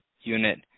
unit